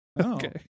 okay